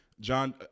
John